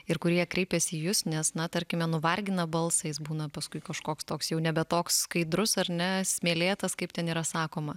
ir kurie kreipiasi į jus nes na tarkime nuvargina balsą jis būna paskui kažkoks toks jau nebe toks skaidrus ar ne smėlėtas kaip ten yra sakoma